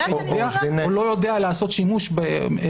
כי הוא יודע או לא יודע לעשות שימוש --- אלעזר,